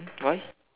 why